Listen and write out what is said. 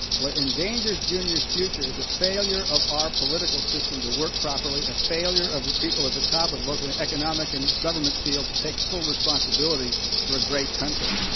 what endangers junior's future is a failure of our political system to work properly, a failure of people at the top of boththe economic and government field to take full responsibility for a great country.